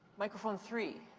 microphone three.